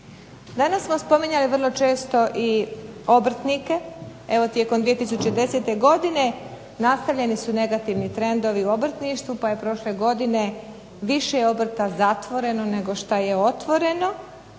Danas smo spominjali vrlo često i obrtnike, evo tijekom 2010. godine nastavljeni su negativni trendovi u obrtništvu, pa je prošle godine više obrta zatvoreno, nego šta je otvoreno,